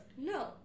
No